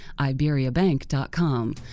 iberiabank.com